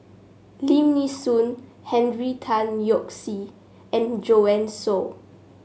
Lim Nee Soon Henry Tan Yoke See and Joanne Soo